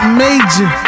major